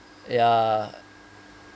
ya